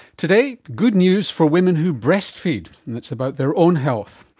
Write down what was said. today, good news for women who breastfeed. and it's about their own health.